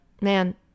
man